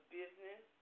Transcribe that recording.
business